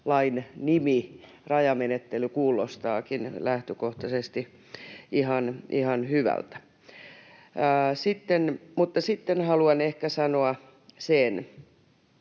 lain nimi, rajamenettely, kuulostaakin lähtökohtaisesti ihan hyvältä. Mutta sitten haluan ehkä sanoa sen,